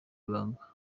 ibanga